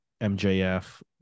MJF